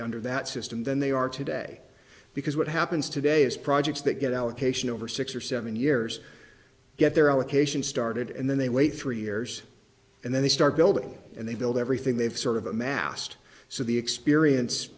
under that system than they are today because what happens today is projects that get allocation over six or seven years get their allocation started and then they wait three years and then they start building and they build everything they've sort of amassed so the experience